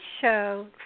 show